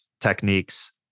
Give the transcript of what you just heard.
techniques